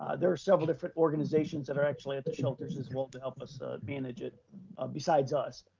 there're several different organizations that are actually at the shelters as well to help us manage it besides us.